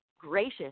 Gracious